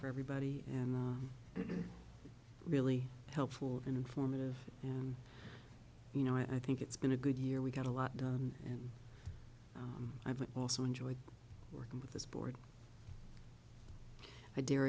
for everybody and really helpful informative and you know i think it's been a good year we got a lot done and i've also enjoyed working with this board i dare